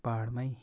पाहाडमै